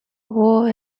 war